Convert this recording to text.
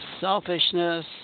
selfishness